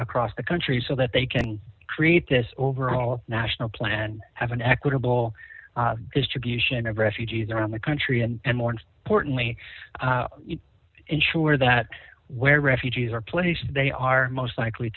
across the country so that they can create this overall national plan and have an equitable distribution of refugees around the country and more and portly ensure that where refugees are placed they are most likely